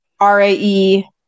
RAE